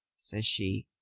says she.